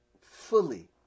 fully